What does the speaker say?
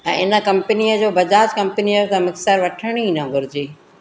ऐं इन कंपनीअ जो बजाज कंपनीअ जो कंहिं मिक्सर वठण ई न घुर्जे